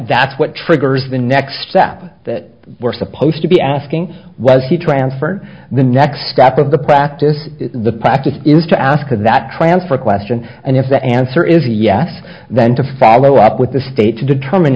that's what triggers the next step that we're supposed to be asking was he transferred the next step of the practice the practice is to ask for that transfer question and if the answer is yes then to follow up with the state to determine